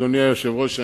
אדוני היושב-ראש,